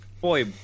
boy